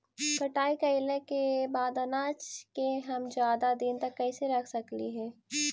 कटाई कैला के बाद अनाज के हम ज्यादा दिन तक कैसे रख सकली हे?